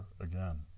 again